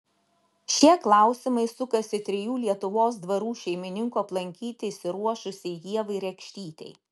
šie klausimai sukasi trijų lietuvos dvarų šeimininkų aplankyti išsiruošusiai ievai rekštytei